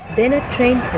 then a train pulled